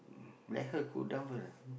let her go down first